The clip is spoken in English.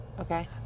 Okay